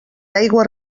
aigües